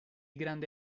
grande